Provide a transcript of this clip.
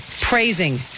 praising